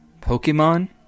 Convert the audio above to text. Pokemon